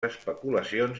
especulacions